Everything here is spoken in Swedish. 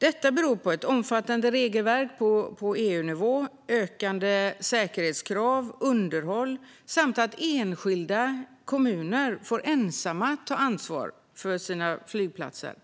Detta beror bland annat på omfattande regelverk på EU-nivå, ökande säkerhetskrav och underhåll samt på att enskilda kommuner ensamma får ta ansvar för sina flygplatser.